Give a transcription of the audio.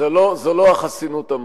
זה לא החסינות המהותית.